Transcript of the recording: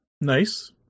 Nice